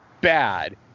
bad